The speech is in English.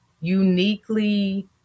uniquely